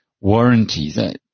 warranties